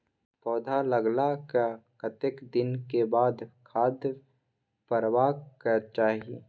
पौधा लागलाक कतेक दिन के बाद खाद परबाक चाही?